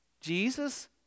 Jesus